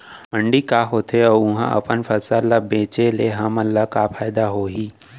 मंडी का होथे अऊ उहा अपन फसल ला बेचे ले हमन ला का फायदा होही?